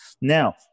Now